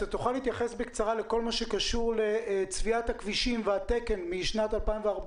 האם תוכל להתייחס בקצרה לכל מה שקשור לצביעת הכבישים ולתקן משנת 2014,